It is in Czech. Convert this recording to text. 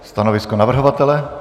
Stanovisko navrhovatele?